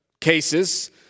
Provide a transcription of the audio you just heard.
cases